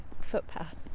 footpath